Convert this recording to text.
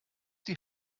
die